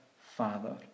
Father